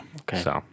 okay